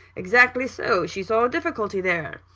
exactly so she saw a difficulty there?